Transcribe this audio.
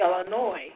Illinois